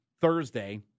Thursday